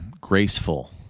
graceful